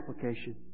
application